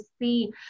see